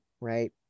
right